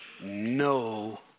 no